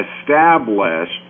established